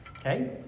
Okay